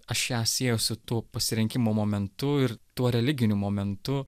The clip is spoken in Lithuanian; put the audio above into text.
aš ją sieju su tuo pasirinkimo momentu ir tuo religiniu momentu